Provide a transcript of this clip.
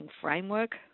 framework